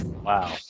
Wow